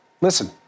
Listen